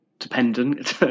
Dependent